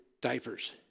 diapers